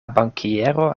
bankiero